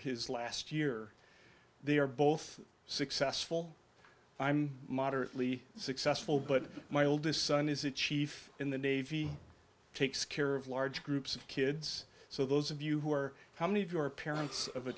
his last year they are both successful i'm moderately successful but my oldest son is a chief in the navy takes care of large groups of kids so those of you who or how many of your parents of a